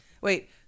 Wait